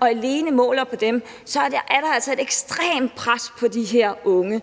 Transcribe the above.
og alene måler på dem, er der altså et ekstremt pres på de her unge.